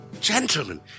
gentlemen